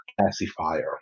classifier